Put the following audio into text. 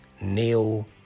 Neil